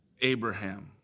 Abraham